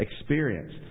experience